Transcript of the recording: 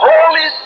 Holy